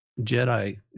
Jedi